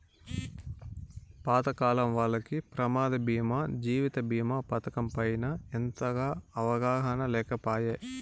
పాతకాలం వాల్లకి ప్రమాద బీమా జీవిత బీమా పతకం పైన అంతగా అవగాహన లేకపాయె